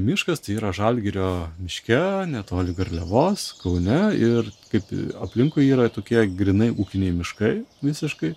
miškas tai yra žalgirio miške netoli garliavos kaune ir kaip aplinkui yra tokie grynai ūkiniai miškai visiškai